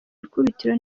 ikubitiro